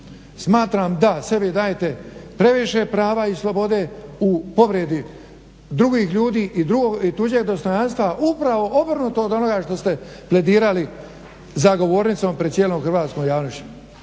Smatram da sebi dajete previše prava i slobode u povredi drugih ljudi i tuđeg dostojanstva upravo obrnuto od onoga što ste pledirali za govornicom pred cijelom hrvatskom javnošću.